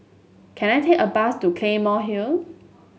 can I take a bus to Claymore Hill